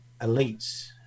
elites